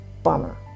bummer